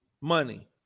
money